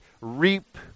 reap